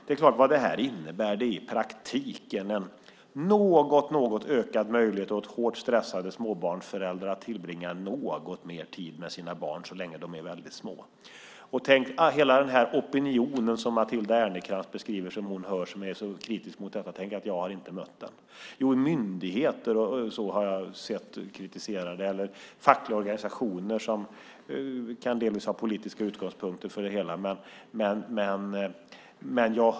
Det här innebär i praktiken en något ökad möjlighet för hårt stressade småbarnsföräldrar att tillbringa något mer tid med sina barn så länge de är väldigt små. Hela den opinion som Matilda Ernkrans beskriver, som hon hör är så kritisk mot detta, tänk att den har jag inte mött. Jo, myndigheter har jag sett kritisera det, eller fackliga organisationer som delvis kan ha politiska utgångspunkter för det hela.